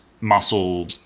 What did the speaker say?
muscle